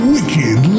Wicked